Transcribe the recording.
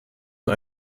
nur